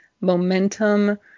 momentum